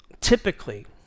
typically